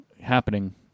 happening